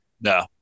No